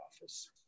office